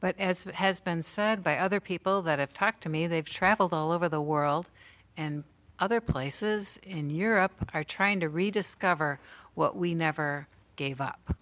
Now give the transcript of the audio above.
but as has been said by other people that have talked to me they've traveled all over the world and other places in europe are trying to rediscover what we never gave up